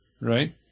right